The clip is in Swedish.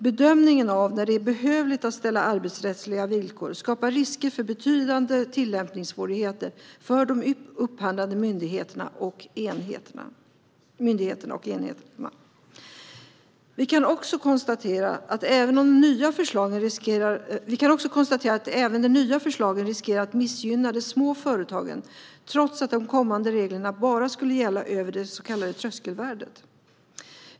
Bedömningen av när det är behövligt att ställa arbetsrättsliga villkor skapar risker för betydande tillämpningssvårigheter för de upphandlande myndigheterna och enheterna. Vi kan också konstatera att även de nya förslagen riskerar att missgynna de små företagen, trots att de kommande reglerna bara ska gälla över det så kallade tröskelvärdet.